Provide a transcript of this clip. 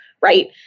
right